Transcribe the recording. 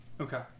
Okay